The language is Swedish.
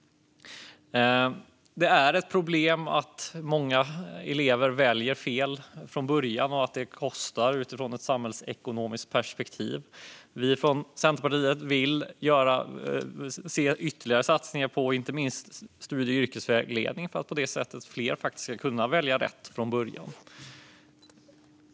Det är ett problem ett många elever väljer fel från början och att detta kostar ur ett samhällsekonomiskt perspektiv. Vi från Centerpartiet vill se ytterligare satsningar på studie och yrkesvägledningen för att fler ska kunna välja rätt från början.